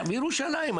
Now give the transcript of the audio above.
בירושלים,